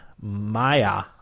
Maya